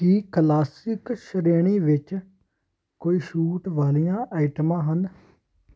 ਕੀ classic ਸ਼੍ਰੇਣੀ ਵਿੱਚ ਕੋਈ ਛੂਟ ਵਾਲੀਆਂ ਆਈਟਮਾਂ ਹਨ